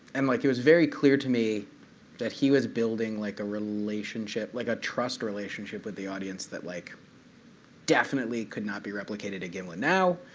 and like it was very clear to me that he was building like a relationship, like a trust relationship, with the audience that like definitely could not be replicated at gimlet now,